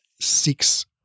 six